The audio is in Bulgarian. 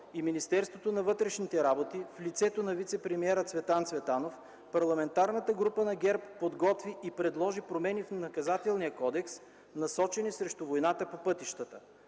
и Министерството на вътрешните работи в лицето на вицепремиера Цветан Цветанов Парламентарната група на ГЕРБ подготви и предложи промени в Наказателния кодекс, насочени срещу войната по пътищата.